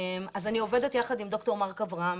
אז אני עובדת יחד עם ד"ר מרק אברהם